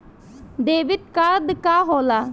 Debit card का होला?